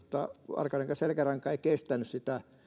varkaudenkaan selkäranka ei kestänyt sitä